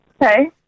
Hey